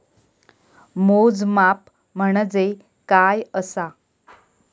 मोजमाप म्हणजे काय असा?